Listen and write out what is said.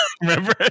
Remember